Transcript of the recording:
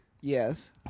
Yes